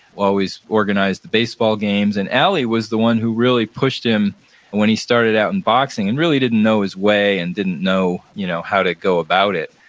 always organized baseball games, and allie was the one who really pushed him when he started out in boxing and really didn't know his way and didn't know you know how to go about it.